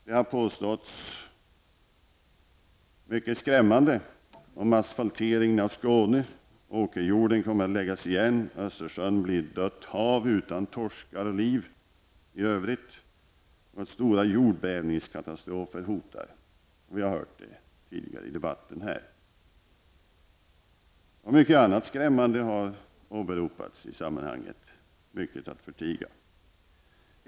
Det har påståtts mycket skrämmande om asfalteringen av Skåne, att åkerjorden kommer att läggas igen, att Östersjön blir ett dött hav utan torskar och liv i övrigt och att stora jordbävningskatastrofer hotar. Vi har hört det tidigare här i debatten. Mycket annat skrämmande har också åberopats i sammanhanget, mycket att förtiga.